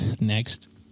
Next